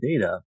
data